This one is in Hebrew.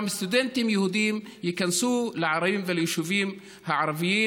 גם סטודנטים יהודים ייכנסו לערים וליישובים הערביים